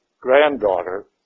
granddaughter